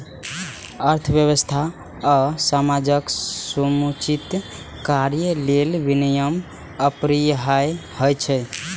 अर्थव्यवस्था आ समाजक समुचित कार्य लेल विनियम अपरिहार्य होइ छै